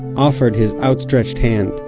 offered his outstretched hand,